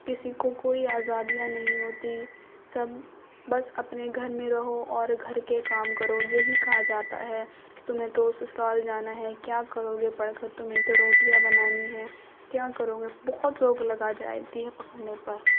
کسی کو کوئی آزادیاں نہیں ہوتی سب بس اپنے گھر میں رہو اور گھر کے کام کرو یہی کہا جاتا ہے تمہیں تو سسرال جانا ہے کیا کرو گے پڑھ کر تمہیں تو روٹیاں بنانی ہیں کیا کرو گے بہت روک لگائی جاتی ہے پڑھنے پر